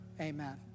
Amen